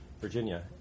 Virginia